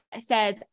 says